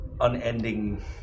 unending